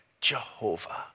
Jehovah